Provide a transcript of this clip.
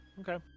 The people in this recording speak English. Okay